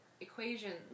equations